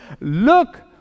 Look